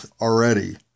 already